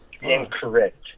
Incorrect